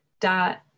dot